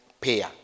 payer